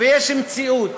ויש מציאות.